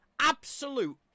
Absolute